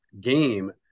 game